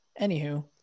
Anywho